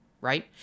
right